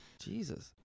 Jesus